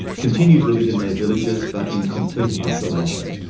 continue to live in their villages but in complete isolation.